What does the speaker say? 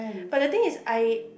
but the thing is I